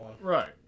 Right